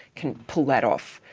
can pull that off.